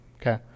Okay